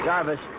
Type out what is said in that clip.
Jarvis